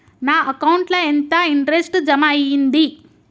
నా అకౌంట్ ల ఎంత ఇంట్రెస్ట్ జమ అయ్యింది?